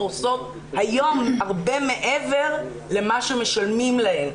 היום עושות הרבה מעבר למה שמשלמים להן.